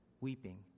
weeping